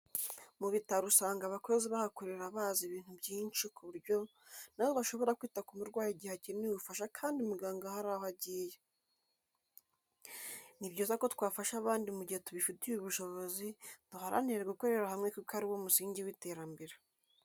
Mu bitaro usanga abakozi bahakorera bazi ibintu byinshi ku buryo na bo bashobora kwita ku murwayi igihe akeneye ubufasha kandi muganga hari aho agiye, ni byiza ko twafasha abandi mu gihe tubifitiye ubushobozi, duharanire gukorera hamwe kuko ari wo musingi w'iterambere.